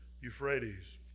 Euphrates